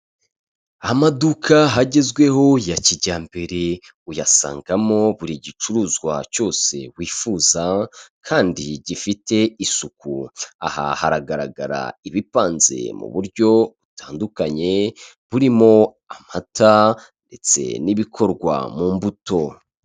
Amaduka hagezweho ya kijyambere uyasangamo buri gicuruzwa cyose wifuza kandi gifite isuku, aha haragaragara ibipanze mu buryo butandukanye burimo amata ndetse n'ibikorwa mu mbuto.